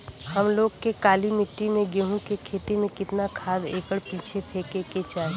हम लोग के काली मिट्टी में गेहूँ के खेती में कितना खाद एकड़ पीछे फेके के चाही?